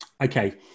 Okay